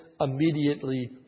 immediately